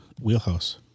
wheelhouse